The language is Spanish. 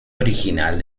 original